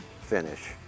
finish